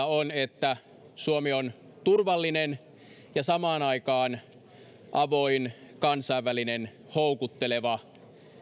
on että suomi on turvallinen ja samaan aikaan avoin kansainvälinen houkutteleva